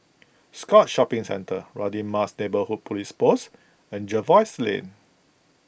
Scotts Shopping Centre Radin Mas Neighbourhood Police Post and Jervois Lane